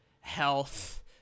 health